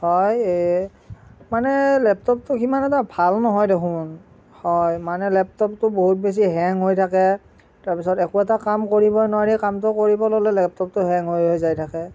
হয় এই মানে লেপটপটো সিমান এটা ভাল নহয় দেখোন হয় মানে লেপটপটো বহুত বেছি হেং হৈ থাকে তাৰপিছত একো এটা কাম কৰিবই নোৱাৰি কাম কৰিব ল'লে লেপটপটো হেং হৈ হৈ যাই থাকে